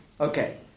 Okay